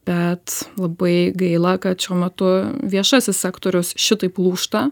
bet labai gaila kad šiuo metu viešasis sektorius šitaip lūžta